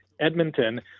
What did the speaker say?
Edmonton